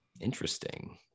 Interesting